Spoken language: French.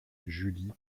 julie